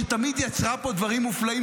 שתמיד יצרה פה דברים מופלאים,